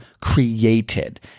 created